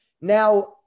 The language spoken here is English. Now